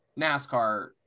NASCAR